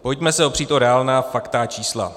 Pojďme se opřít o reálná fakta a čísla.